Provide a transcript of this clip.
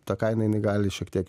ta kaina jinai gali šiek tiek